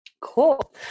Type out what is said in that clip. Cool